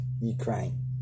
Ukraine